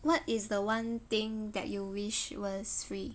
what is the one thing that you wish was free